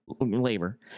Labor